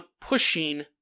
pushing